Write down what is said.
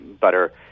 butter